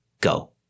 go